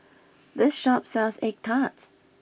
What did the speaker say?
this shop sells Egg Tart